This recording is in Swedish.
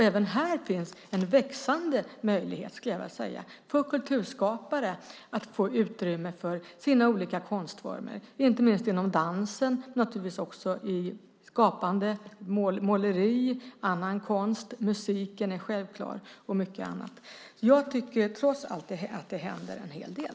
Även här finns en växande möjlighet, skulle jag vilja säga, för kulturskapare att få utrymme för sina olika konstformer, inte minst inom dansen och naturligtvis också inom skapande måleri, annan konst och mycket annat - musiken är självklar. Jag tycker trots allt att det händer en hel del.